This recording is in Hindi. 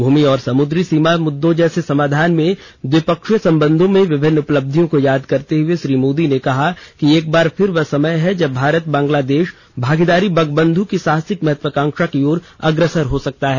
भूमि और समुद्री सीमा मुद्दों जैसे समाधान में द्विपक्षीय संबंधों में विभिन्न उपलब्धियों को याद करते हुए श्री मोदी ने कहा कि एक बार फिर वह समय है जब भारत बांग्लादेश भागीदारी बंगबंध् की साहसिक महत्वाकांक्षा की ओर अग्रसर हो सकता है